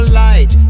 light